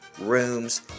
rooms